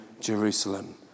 Jerusalem